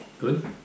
Good